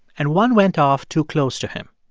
and one went off too close to him.